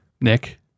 Nick